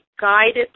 guided